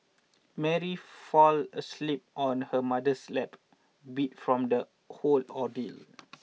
Mary fell asleep on her mother's lap beat from the whole ordeal